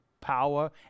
power